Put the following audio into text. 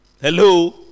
Hello